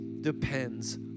depends